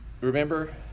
Remember